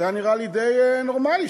וזה נראה לי די נורמלי,